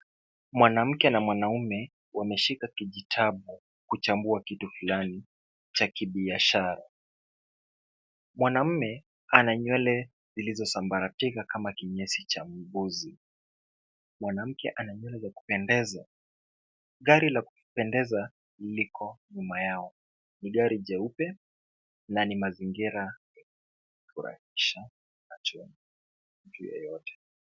Mwanamke na mwanaume wameshika kijitabu kichambua kitu fulani cha kibiashara. Mwanaume ana nywele zilizosambaratika kama kinyesi cha mbuzi, mwanamke ana nywele ya kupendeza. Gari la kupendeza liko nyuma yao, ni gari jeupe, na ni mazingira ya kufurahisha mtu yeyote.